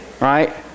right